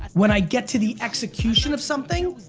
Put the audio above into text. when i get to the execution of something,